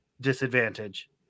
disadvantage